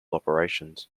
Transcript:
operations